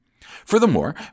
Furthermore